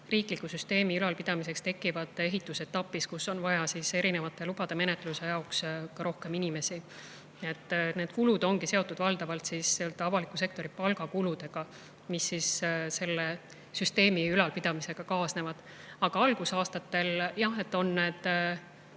riikliku süsteemi ülalpidamiseks tekivad ehitusetapis, kus on erinevate lubade menetluse jaoks vaja rohkem inimesi. Need kulud ongi valdavalt seotud avaliku sektori palgakuluga, mis selle süsteemi ülalpidamisega kaasneb. Aga algusaastatel, jah, on